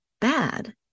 bad